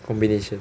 combination